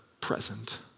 present